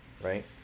right